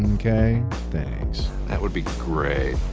okay, thanks. that would be great.